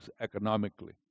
economically